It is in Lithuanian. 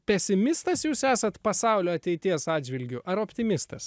pesimistas jūs esat pasaulio ateities atžvilgiu ar optimistas